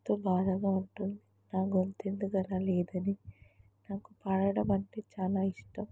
ఎంతో బాధగా ఉంటుంది నా గొంతు ఎందుకు అలా లేదని నాకు పాడడం అంటే చాలా ఇష్టం